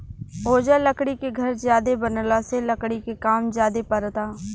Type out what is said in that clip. ओजा लकड़ी के घर ज्यादे बनला से लकड़ी के काम ज्यादे परता